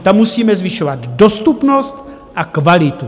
Tam musíme zvyšovat dostupnost a kvalitu.